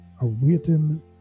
awaiting